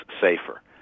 safer